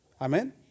Amen